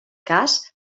cas